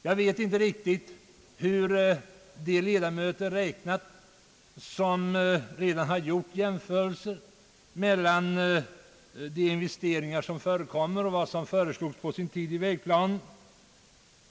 Jag vet inte riktigt hur de ledamöter räknat som här gjort jämförelser mellan de investeringar som förekommer och vad som på sin tid föreslogs i vägplanen.